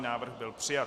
Návrh byl přijat.